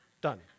Done